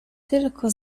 tylko